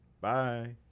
bye